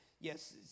yes